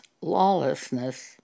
lawlessness